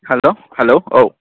hello औ